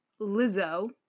Lizzo